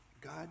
God